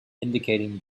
indicating